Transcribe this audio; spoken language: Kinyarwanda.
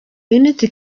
unity